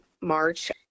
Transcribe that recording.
March